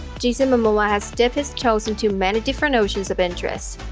jason momoa has dipped his toes into many different oceans of interests.